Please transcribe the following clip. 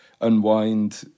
unwind